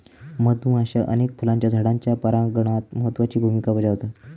मधुमाश्या अनेक फुलांच्या झाडांच्या परागणात महत्त्वाची भुमिका बजावतत